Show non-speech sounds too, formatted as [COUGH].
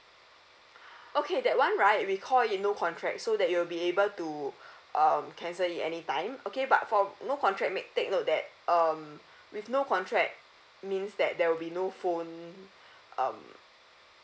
[BREATH] okay that one right we call it a no contract so that you will be able to [BREATH] um cancel it any time okay but for no contract may take note that um with no contract means that there will be no phone um